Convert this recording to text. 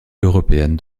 européenne